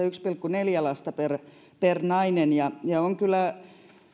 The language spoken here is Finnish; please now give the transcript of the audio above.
yksi pilkku neljä lasta per per nainen on kyllä